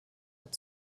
hat